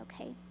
okay